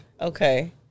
Okay